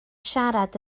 siarad